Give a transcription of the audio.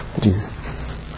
Jesus